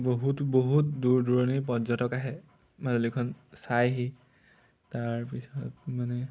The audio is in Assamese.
বহুত বহুত দূৰ দূৰণিৰ পৰ্যটক আহে মাজুলীখন চাইহি তাৰপিছত মানে